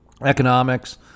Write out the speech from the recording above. economics